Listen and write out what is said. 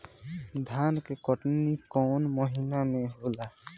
धान के कटनी कौन महीना में होला?